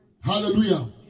Hallelujah